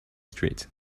street